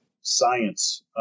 science